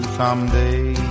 someday